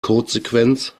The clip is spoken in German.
codesequenz